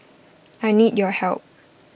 I need your help